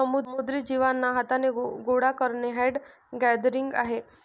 समुद्री जीवांना हाथाने गोडा करणे हैंड गैदरिंग आहे